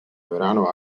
verano